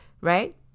Right